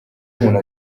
umuntu